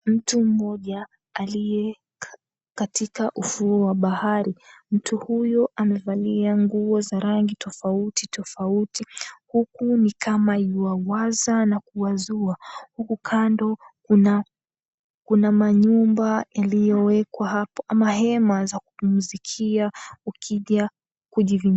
Mtu mmoja aliye katika ufuo wa bahari. Mtu huyo amevalia nguo za rangi tofauti tofauti huku ni kama ywawaza na kuwazua. Huku kando kuna manyumba yaliyowekwa hapo ama hema za kupumzikia ukija kujivinjari.